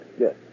Yes